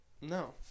No